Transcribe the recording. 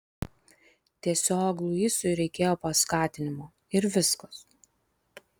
tiesiog luisui reikėjo paskatinimo ir viskas